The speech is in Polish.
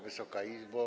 Wysoka Izbo!